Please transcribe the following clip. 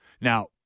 Now